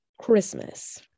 Christmas